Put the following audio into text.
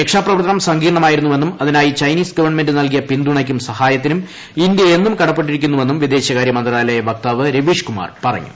രക്ഷാപ്രവർത്തനം സങ്കീർണമായിരുന്നുവെന്നും അതിനായി ചൈനീസ് ഗവൺമെന്റ് നൽകിയ പിന്തുണയ്ക്കും സഹായത്തിനും ഇന്ത്യയെന്നും കടപ്പെട്ടിരിക്കുന്നുവെന്നും വിദേശകാര്യ മന്ത്രാലയ വക്താവ് രവീഷ് കുമാർ പറഞ്ഞു